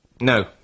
No